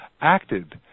acted